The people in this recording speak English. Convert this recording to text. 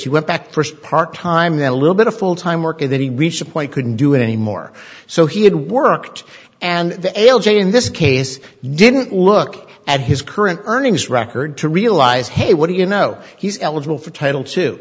he went back for part time then a little bit of full time work and then he reached a point couldn't do it anymore so he had worked and the l j in this case didn't look at his current earnings record to realize hey what do you know he's eligible for title t